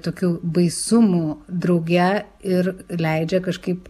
tokių baisumų drauge ir ir leidžia kažkaip